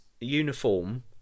uniform